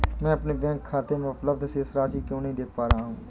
मैं अपने बैंक खाते में उपलब्ध शेष राशि क्यो नहीं देख पा रहा हूँ?